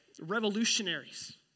revolutionaries